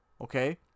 okay